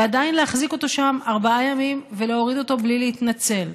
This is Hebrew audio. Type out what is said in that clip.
ועדיין להחזיק אותו שם ארבעה ימים ולהוריד אותו בלי להתנצל.